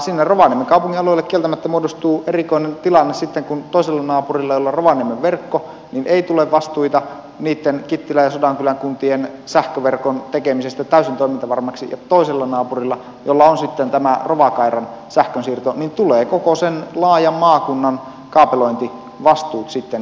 sinne rovaniemen kaupungin alueelle kieltämättä muodostuu erikoinen tilanne sitten kun toiselle naapurille jolla on rovaniemen verkko ei tule vastuita kittilän ja sodankylän kuntien sähköverkon tekemisestä täysin toimintavarmaksi ja toiselle naapurille jolla on tämä rovakairan sähkönsiirto tulee koko sen laajan maakunnan kaapelointivastuut